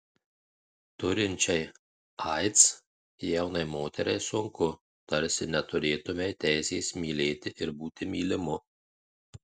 turinčiai aids jaunai moteriai sunku tarsi neturėtumei teisės mylėti ir būti mylimu